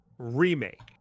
remake